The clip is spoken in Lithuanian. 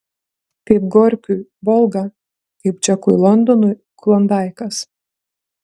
kaip gorkiui volga kaip džekui londonui klondaikas